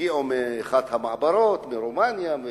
הגיעו מאחת המעברות, מרומניה,